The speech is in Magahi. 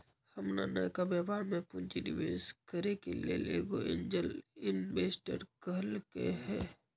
हमर नयका व्यापर में पूंजी निवेश करेके लेल एगो एंजेल इंवेस्टर कहलकै ह